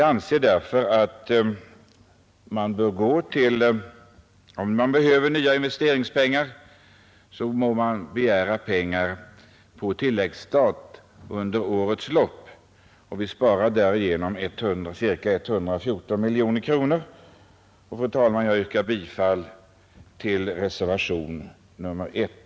Om det behövs nya investeringspengar, bör man begära dem på tilläggsstat under årets lopp. Vi spar därigenom 114 miljoner kronor. Fru talman! Jag yrkar bifall till reservationen 1.